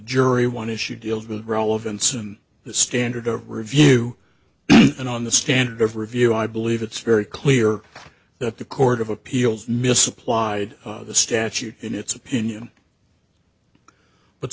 jury one issue deals with relevance and the standard of review and on the standard of review i believe it's very clear that the court of appeals misapplied the statute in its opinion but